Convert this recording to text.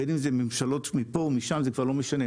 בין אם זה ממשלות מפה ומשם, זה כבר לא משנה.